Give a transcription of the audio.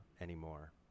anymore